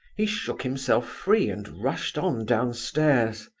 he shook himself free, and rushed on downstairs.